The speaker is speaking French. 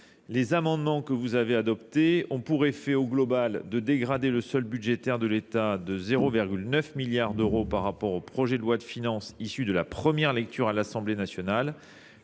Les amendements que vous avez adoptés ont pour effet au global de dégrader le solde budgétaire de l'État de 0,9 milliards d'euros par rapport au projet de loi de finances issu de la première lecture à l'Assemblée nationale.